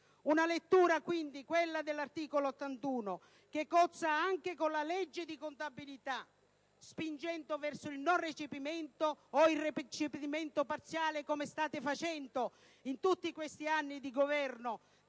una lettura, quella dell'articolo 81, che cozza anche con la legge di contabilità, spingendo verso il non recepimento, o il recepimento parziale, della normativa europea, come state facendo in tutti questi anni di Governo